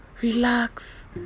relax